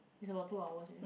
it's about two hours eh